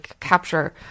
capture